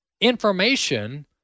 information